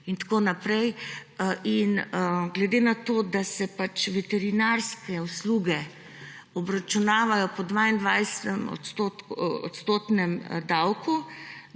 in tako naprej. Glede na to, da se veterinarske usluge obračunavajo po 22-odstotnem davku,